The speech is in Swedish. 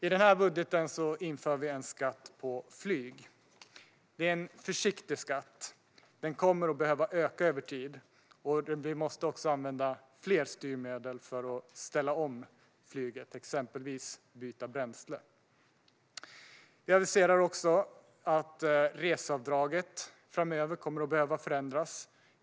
I den här budgeten inför vi en skatt på flyg. Det är en försiktig skatt. Den kommer att behöva öka över tid, och vi måste också använda fler styrmedel för att ställa om flyget, exempelvis byta bränsle. Vi aviserar också att reseavdraget framöver kommer att behöva förändras.